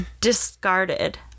discarded